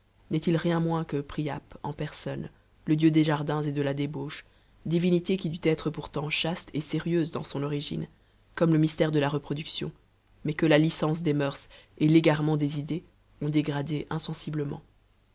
n'est-il rien moins que priape en personne le dieu des jardins et de la débauche divinité qui dut être pourtant chaste et sérieuse dans son origine comme le mystère de la reproduction mais que la licence des murs et l'égarement des idées ont dégradée insensiblement